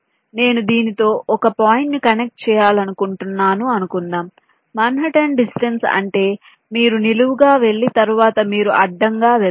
నేను దీనితో ఒక పాయింట్ను కనెక్ట్ చేయాలనుకుంటున్నాను అనుకుందాం మాన్హాటన్ డిస్టెన్స్ అంటే మీరు నిలువుగా వెళ్ళి తరువాత మీరు అడ్డంగా వెళతారు